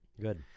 Good